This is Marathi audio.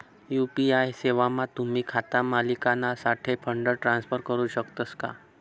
यु.पी.आय सेवामा तुम्ही खाता मालिकनासाठे फंड ट्रान्सफर करू शकतस का